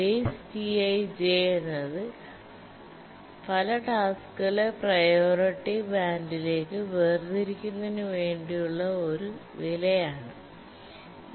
Base Ti j എന്നത് പല ടാസ്കുകളെ പ്രിയോറിറ്റി ബാൻഡിലേക്ക് വേർതിരിക്കുന്നതിനു വേണ്ടി ഉള്ള ഒരു വില ആണ്